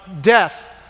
death